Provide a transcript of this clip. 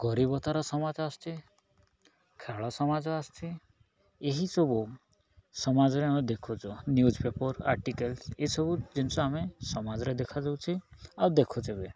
ଗରିବତାର ସମାଜ ଆସୁଚି ଖେଳ ସମାଜ ଆସୁଚଛି ଏହିସବୁ ସମାଜରେ ଆମେ ଦେଖୁଚୁ ନ ନ୍ୟୁଜ୍ ପେପର୍ ଆର୍ଟିକେଲସ ଏସବୁ ଜିନିଷ ଆମେ ସମାଜରେ ଦେଖାଯାଉଛି ଆଉ ଦେଖୁଛେ ବି